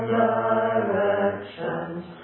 directions